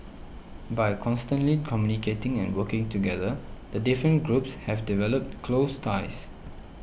by constantly communicating and working together the different groups have developed close ties